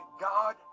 God